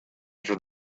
after